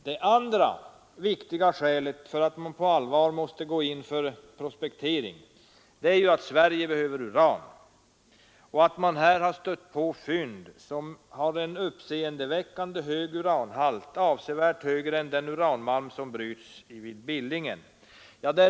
Det andra viktiga skälet för att man på allvar måste gå in för prospektering är ju att Sverige behöver uran och att man har stött på fynd med en uppseendeväckande hög uranhalt, avsevärt högre än i den uranmalm som bryts vid Billingen.